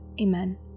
Amen